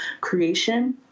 creation